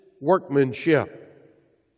workmanship